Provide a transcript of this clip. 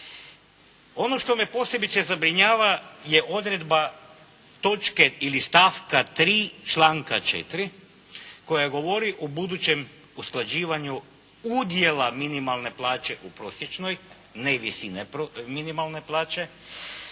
Ono što me posebice zabrinjava je odredba točke ili stavka 3. članka 4. koja govori o budućem usklađivanju udjela minimalne plaće u prosječnoj, ne i visine minimalne plaće.